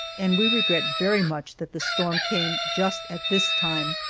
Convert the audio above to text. and we regret very much that the storm came just at this time.